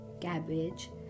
cabbage